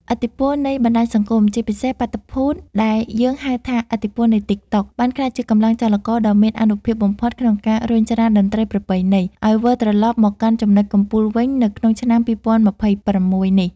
ឥទ្ធិពលនៃបណ្តាញសង្គម ជាពិសេសបាតុភូតដែលយើងហៅថា ឥទ្ធិពលនៃ TikTok បានក្លាយជាកម្លាំងចលករដ៏មានអានុភាពបំផុតក្នុងការរុញច្រានតន្ត្រីប្រពៃណី ឱ្យវិលត្រឡប់មកកាន់ចំណុចកំពូលវិញនៅក្នុងឆ្នាំ ២០២៦ នេះ។